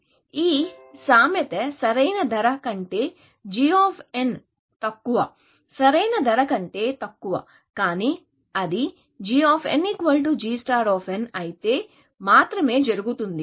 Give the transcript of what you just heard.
ఈ సామెత సరైన ధర కంటే g తక్కువ సరైన ధర కంటే తక్కువ కానీ అది g g అయితే మాత్రమే జరుగుతుంది